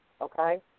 Okay